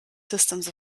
systems